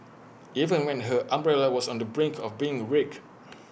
even when her umbrella was on the brink of being wrecked